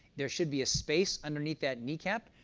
there should be a space underneath that kneecap.